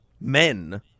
men